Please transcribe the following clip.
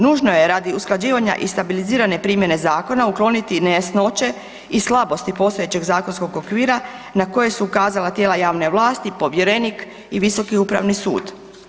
Nužno je radi usklađivanja i stabilizirane primjene zakona ukloniti i nejasnoće i slabosti postojećeg zakonskog okvira na koje su ukazala tijela javne vlasti, povjerenik i Visoki upravni sud.